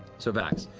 so vax,